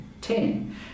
ten